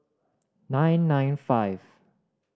nine nine five